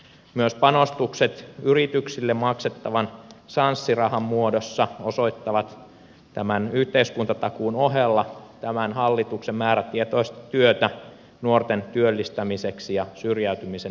myös panostukset yrityksille maksettavan sanssi rahan muodossa osoittavat tämän yhteiskuntatakuun ohella tämän hallituksen määrätietoista työtä nuorten työllistämiseksi ja syrjäytymisen ehkäisemiseksi